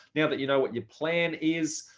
now that you know what your plan is,